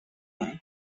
mai